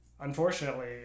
unfortunately